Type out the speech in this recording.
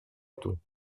του